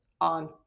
on